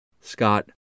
Scott